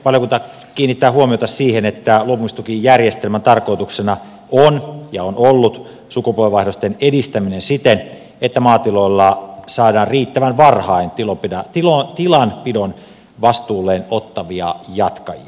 valiokunta kiinnittää huomiota siihen että luopumistukijärjestelmän tarkoituksena on ja on ollut sukupolvenvaihdosten edistäminen siten että maatiloilla saadaan riittävän varhain tilanpidon vastuulleen ottavia jatkajia